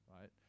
right